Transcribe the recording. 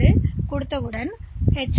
எனவே இந்த 2 மதிப்புகள் எச்